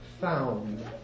found